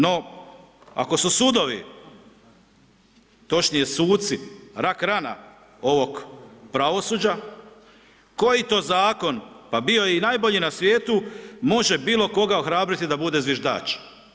No, ako su sudovi, točnije suci, rak rana onog pravosuđa, koji to zakon, pa bio i najbolji na svijetu može bilo koga ohrabriti da bude zviždač?